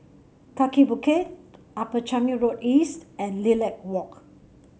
Kaki Bukit Upper Changi Road East and Lilac Walk